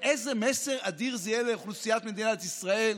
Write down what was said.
איזה מסר אדיר זה יהיה לאוכלוסיית מדינת ישראל,